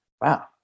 Wow